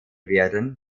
werden